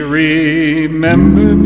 remember